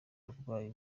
uburwayi